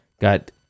Got